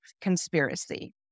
conspiracy